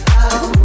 out